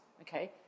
okay